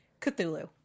Cthulhu